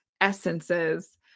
essences